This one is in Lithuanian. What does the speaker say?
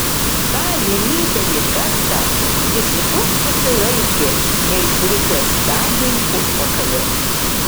tą vienintelį kartą jis vos susilaikė neišlupęs dagiui užpakalio